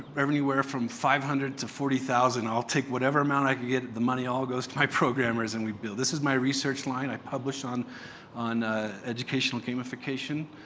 everywhere from five hundred to forty thousand. i'll take whatever amount i can get. the money all goes to my programmers and we build. this is my research line. i on on educational gamification.